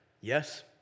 Yes